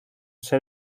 ser